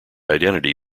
identity